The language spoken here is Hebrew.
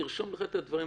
תרשום לך את הדברים,